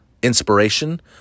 Inspiration